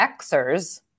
Xers